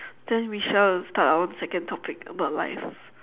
then we shall start our own second topic about life